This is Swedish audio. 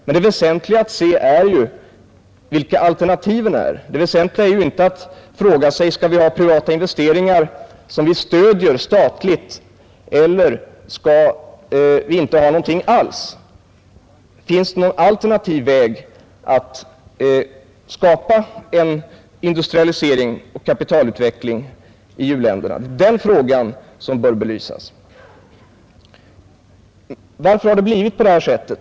Men det väsentligaste är ju vilka alternativen är. Det väsentligaste är inte att fråga, om vi skall ha privata investeringar som vi ger statligt stöd eller inga investeringar alls. Den fråga som bör belysas är: Finns det någon alternativ väg att skapa en industrialisering och kapitalutveckling i u-länderna? Varför har det blivit på detta sätt?